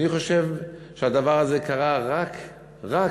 אני חושב שהדבר הזה קרה רק-רק